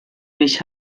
mich